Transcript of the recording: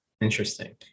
Interesting